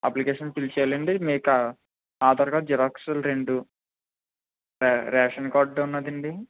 application fill చేయాలి అండి మీకు ఆ ఆధార్ కార్డ్ జిరాక్సులు రెండు రే రేషన్ కార్డ్ ఉన్నది అండి